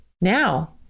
Now